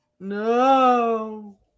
No